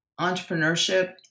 entrepreneurship